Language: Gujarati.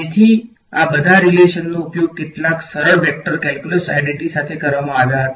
તેથી આ બધા રીલેશનનો ઉપયોગ કેટલાક સરળ વેક્ટર કેલ્ક્યુલસ આઈડેંટીટી સાથે કરવામાં આવ્યો હતો